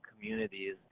communities